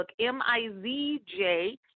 M-I-Z-J